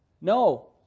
No